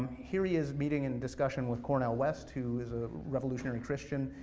here he is meeting in discussion with cornell west, who is a revolutionary christian.